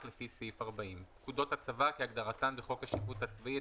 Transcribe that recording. לפי סעיף 40. "פקודות הצבא" כהגדרתן בחוק השיפוט הצבאי,